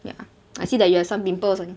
ya I see that you have some pimples